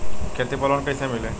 खेती पर लोन कईसे मिली?